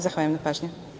Zahvaljujem na pažnji.